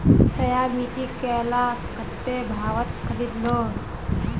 श्याम ईटी केला कत्ते भाउत खरीद लो